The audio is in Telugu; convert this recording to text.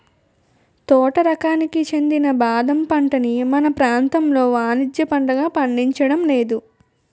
తోట రకానికి చెందిన బాదం పంటని మన ప్రాంతంలో వానిజ్య పంటగా పండించడం లేదు